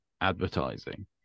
advertising